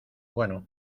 bueno